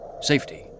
Safety